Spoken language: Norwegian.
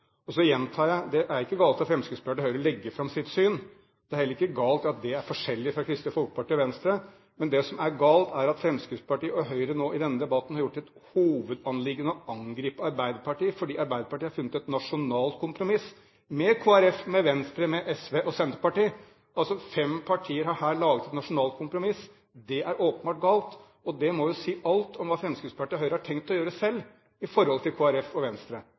virkning. Så gjentar jeg at det ikke er galt av Fremskrittspartiet og Høyre å legge fram sitt syn. Det er heller ikke galt at det er forskjellig fra Kristelig Folkepartis og Venstres. Men det som er galt, er at Fremskrittspartiet og Høyre nå i denne debatten har gjort det til hovedanliggende å angripe Arbeiderpartiet fordi Arbeiderpartiet har funnet et nasjonalt kompromiss med Kristelig Folkeparti, med Venstre, med SV og med Senterpartiet. Fem partier har her laget et nasjonalt kompromiss – det er åpenbart galt. Det må jo si alt om hva Fremskrittspartiet og Høyre har tenkt å gjøre selv i forhold til Kristelig Folkeparti og Venstre.